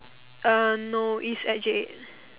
uh no it's at J eight